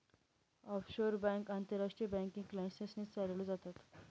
offshore bank आंतरराष्ट्रीय banking licence ने चालवल्या जातात